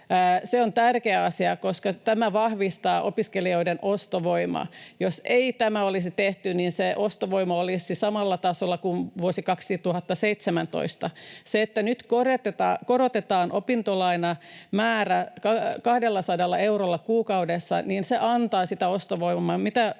Se on tärkeä asia, koska tämä vahvistaa opiskelijoiden ostovoimaa. Jos ei tätä olisi tehty, niin ostovoima olisi samalla tasolla kuin vuonna 2017. Se, että nyt korotetaan opintolainamäärää 200 eurolla kuukaudessa, antaa sitä ostovoimaa,